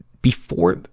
before,